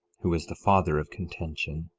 who is the father of contention,